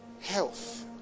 health